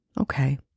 okay